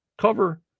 cover